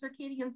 circadian